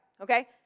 okay